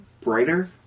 brighter